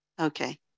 Okay